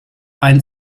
ein